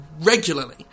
regularly